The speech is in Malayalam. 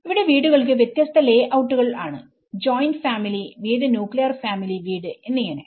ഇവിടെ വീടുകൾക്ക് വ്യത്യസ്ത ലേഔട്ടുകൾ ആണ് ജോയിന്റ് ഫാമിലിവീട് ന്യൂക്ലിയർ ഫാമിലി വീട് എന്നിങ്ങനെ